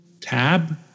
tab